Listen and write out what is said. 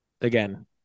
Again